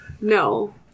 No